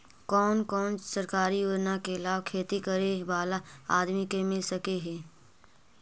कोन कोन सरकारी योजना के लाभ खेती करे बाला आदमी के मिल सके हे?